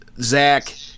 zach